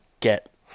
get